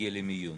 להגיע למיון.